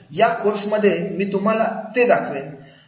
या कोर्समध्ये मी तुम्हाला ते दाखवेन